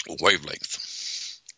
wavelength